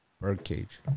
birdcage